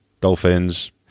dolphins